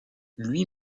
lui